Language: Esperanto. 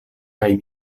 kaj